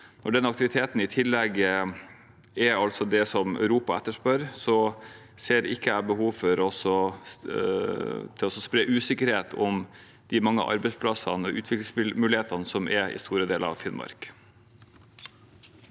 fra den aktiviteten i tillegg er det Europa etterspør, ser ikke jeg behov for å spre usikkerhet om de mange arbeidsplassene og utviklingsmulighetene som er i store deler av Finnmark.